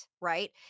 right